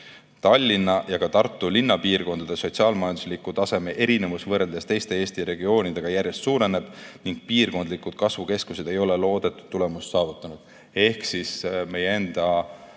Tallinna ja ka Tartu linnapiirkondade sotsiaal-majandusliku taseme erinevus võrreldes teiste Eesti regioonidega järjest suureneb ning piirkondlikud kasvukeskused ei ole loodetud tulemust saavutanud. Ehk meie enda